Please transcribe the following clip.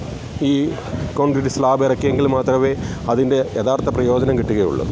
ഈ concrete slab ഇറക്കിയെങ്കിൽ മാത്രമേ അതിൻ്റെ യഥാർത്ഥ പ്രയോജനം കിട്ടുകയുള്ളൂ